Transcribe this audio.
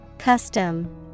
Custom